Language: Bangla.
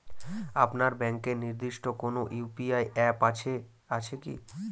আপনার ব্যাংকের নির্দিষ্ট কোনো ইউ.পি.আই অ্যাপ আছে আছে কি?